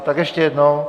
Tak ještě jednou...